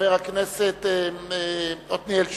חבר הכנסת עתניאל שנלר,